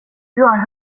har